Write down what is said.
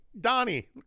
Donnie